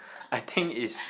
I think is